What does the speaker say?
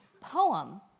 poem